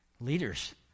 Leaders